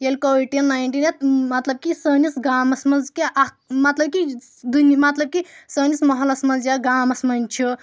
ییٚلہِ کووِڈ تیٖن نایِنٹیٖن مطلب کہِ سٲنِس گامَس منٛز کہِ اَکھ مطلب کہِ دُنۍ مطلب کہِ سٲنِس محلَس منٛز یا گامَس منٛز چھِ